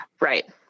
Right